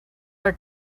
are